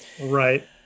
Right